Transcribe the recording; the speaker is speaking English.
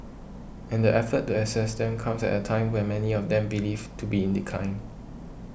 and the effort to assess them comes at a time when many of them believed to be in decline